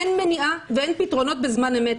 אין מניעה ואין פתרונות בזמן אמת.